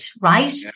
right